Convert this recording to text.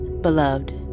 Beloved